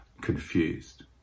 confused